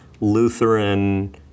Lutheran